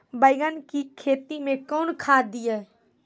बैंगन की खेती मैं कौन खाद दिए?